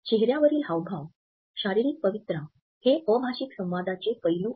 चेहऱ्यावरील हावभाव शारीरिक पवित्रा हे अभाषिक संवादाचे पैलू आहेत